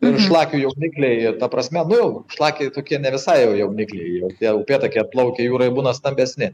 ir šlakių jaunikliai jie ta prasme nu šlakai tokie ne visai jau jaunikliaijau tie upėtakiai atplaukę į jūrą jie būna stambesni